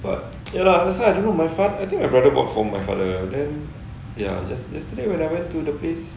but ya lah that's why I don't know my father I think my brother bought for my father then ya just yesterday when I went to the place